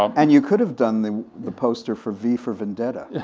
um and you could have done the the poster for v for vendetta. yeah